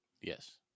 Yes